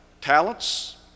talents